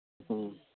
ꯎꯝ